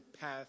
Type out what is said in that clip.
path